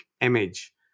image